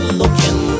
looking